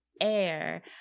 air